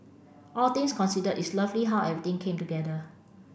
all things considered it's lovely how everything came together